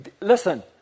Listen